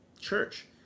church